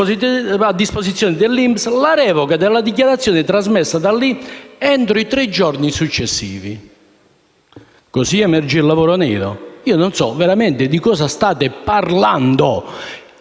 disposizione dall'INPS, la revoca della dichiarazione trasmessa dall'INPS entro i tre giorni successivi». Così emerge il lavoro nero? Non so veramente di cosa state parlando.